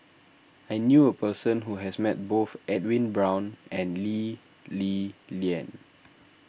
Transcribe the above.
I knew a person who has met both Edwin Brown and Lee Li Lian